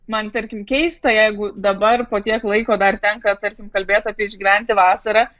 man tarkim keista jeigu dabar po tiek laiko dar tenka tarkim kalbėt apie išgyventi vasarą